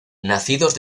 nacidos